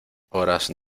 horas